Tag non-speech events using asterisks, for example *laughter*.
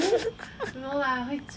*laughs*